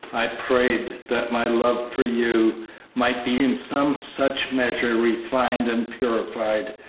i prayed that my love for you might be in some such measure refined and purified,